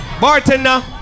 bartender